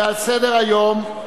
על סדר-היום: